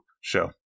show